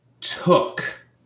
took